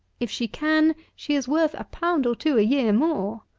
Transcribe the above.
if she can, she is worth a pound or two a year more.